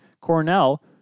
Cornell